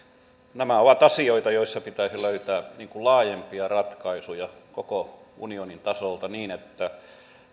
nämä ovat asioita joissa pitäisi löytää laajempia ratkaisuja koko unionin tasolta niin että